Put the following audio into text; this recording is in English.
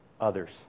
others